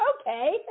Okay